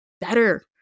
better